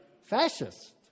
fascist